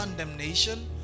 condemnation